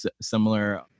similar